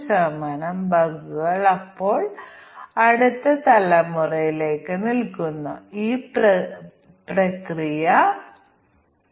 അതിനാൽ നമുക്ക് ജോഡികൾ ചേർക്കുന്നത് തുടരുകയും സാധ്യമായ എല്ലാ കോമ്പിനേഷനുകളും നിലവിലുണ്ടോ ഇല്ലയോ എന്ന് പരിശോധിക്കുകയും ചെയ്യാം